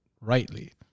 rightly